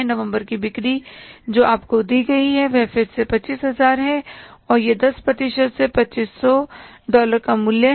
नवंबर की बिक्री जो आपको दी गई है वह फिर से 25000 है और यह 10 प्रतिशत से 2500 डॉलर का मूल्य है